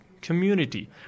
community